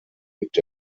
gibt